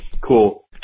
Cool